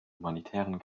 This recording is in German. humanitären